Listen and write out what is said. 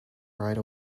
ride